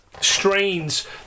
strains